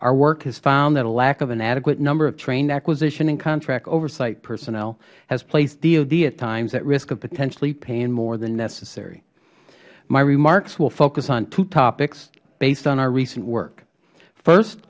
our work has found that a lack of an adequate number of trained acquisition and contract oversight personnel has placed dod at times at risk of potentially paying more than necessary my remarks will focus on two topics based on our recent work first